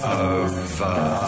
over